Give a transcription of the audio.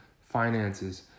finances